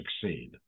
succeed